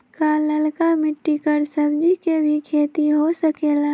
का लालका मिट्टी कर सब्जी के भी खेती हो सकेला?